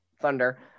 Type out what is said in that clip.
Thunder